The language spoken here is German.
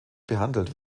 behandelt